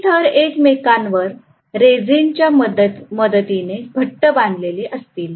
ही थर एकमेकांवर रेसीनच्या मदतीने घट्ट बांधलेली असतील